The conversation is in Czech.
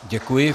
Děkuji.